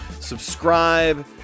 subscribe